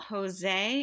Jose